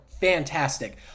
fantastic